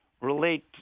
relate